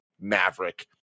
Maverick